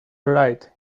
right